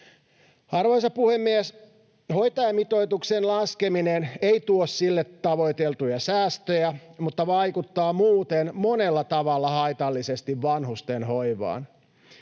Arvoisa puhemies! Hoitajamitoituksen laskeminen ei tuo sille tavoiteltuja säästöjä, mutta vaikuttaa muuten monella tavalla haitallisesti vanhustenhoivaan.